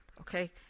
Okay